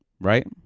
Right